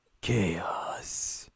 Chaos